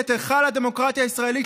את היכל הדמוקרטיה הישראלית,